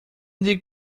diga